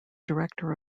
director